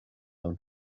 own